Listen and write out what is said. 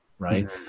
right